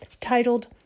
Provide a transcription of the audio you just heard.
titled